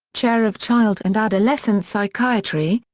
chair of child and adolescent psychiatry,